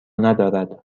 ندارد